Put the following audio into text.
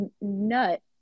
nut